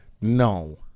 no